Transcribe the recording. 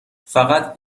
فقط